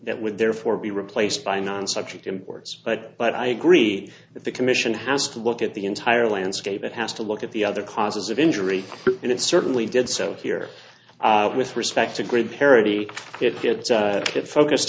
that with therefore be replaced by non subject imports but but i agree that the commission has to look at the entire landscape it has to look at the other causes of injury and it certainly did so here with respect to grid parity it did get focused